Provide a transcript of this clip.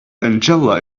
angela